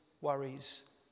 worries